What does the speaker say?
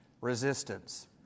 resistance